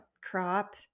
crop